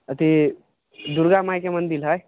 दुर्गा माइके मन्दिर हइ